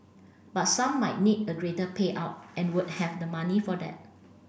but some might need a greater payout and would have the money for that